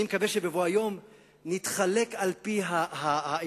אני מקווה שבבוא היום נתחלק על-פי העניין